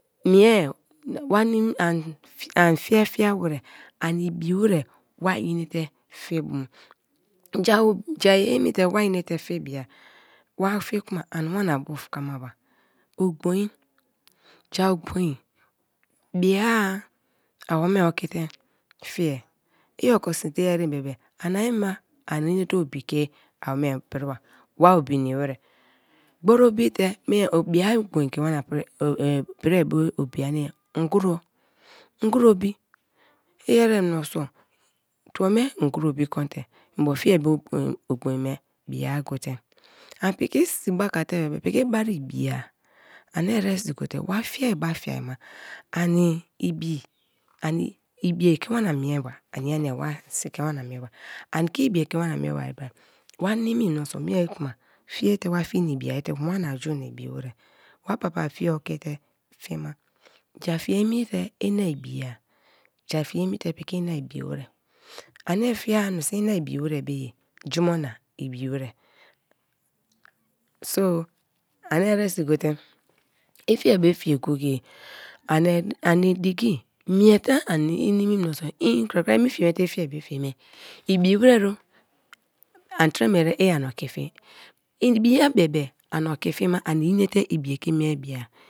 Mie wa nimi ani fiafia wer ani ibi wer wa inte fii ja emite wa inte fie bia wa fie kuna ani wania bufakmaba. Ogbom, ja ogboin biai awome oikite fie, i oko sme te ye erem bebe anima ani nete obi ke awome priba, wa obi nimi wer. Gbori obite me pia ogboin ke wana pri pri be obi ani ngro ngro obi irrre miniso tuo me ngro obi konte mbo fiai bo ogboin me biiai gote an piki si baka te bee piki bari ibia ani eresi gote wa fiai gote an pikisi bakate bee piki bari ibia ani eresi gote wa fiai be-a fiai maani ibi ani ibi je wana mieba ania nai wa si ke wana mie bai ani ibi e ke wana mieba bra wa nimi mioso mie kuma fiete wa fie na ibi wer wra pa pa fiai okite fie ma, ja fie emi te ina ibi-a ja fie emi te ina ibi-a, ja fie emi te piki ina ibi wer ani fie-a minso ina ibi wer be ye jumo na ibi wer so, ani eresi gote ifiai bo fie go-gi-ye ani diki miete ani inimi mioso een krakraye me fie me te i fiai bo fie me ibi wer o an tra me ere i ani oki fie, ibia be be ani oko fie ma ani inete ibi-e ke mie bia.